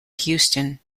houston